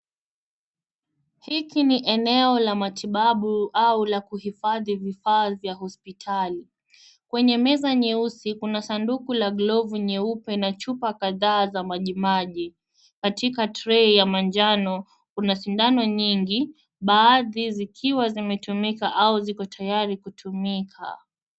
Hiki ni eneo la matibabu au la kuhifadhi vifaa vya hospitali. Kwenye meza nyeusi kuna sanduku la glavu nyeupe na chupa kadhaa za majimaji. Katika tray ya manjano kuna sindano nyingi, baadhi zikiwa zimetumika au ziko tayari kutumika.